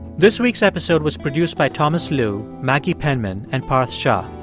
this week's episode was produced by thomas lu, maggie penman and parth shah.